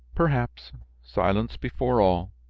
perhaps silence before all.